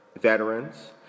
veterans